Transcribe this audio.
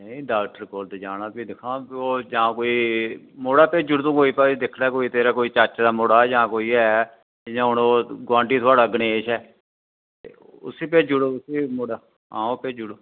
नेई डाक्टर कोल ते जाना फ्ही दिक्खो हां जां कोई मुड़ा भेजी उड़ कोई दिक्खी लै तेरा कोई चाचे दा मुड़ा जां कोई ऐ गोआंडी थुआढ़ा गणेश ऐ ते उसी भेजी उड़ मुड़ा आं ओह् भेजी उड़ो